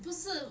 不是